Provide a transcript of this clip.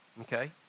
okay